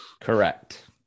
correct